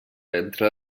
entre